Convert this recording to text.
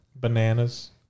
bananas